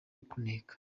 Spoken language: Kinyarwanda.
kuneka